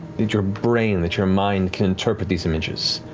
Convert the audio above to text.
that your brain, that your mind can interpret these images,